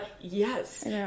Yes